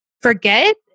forget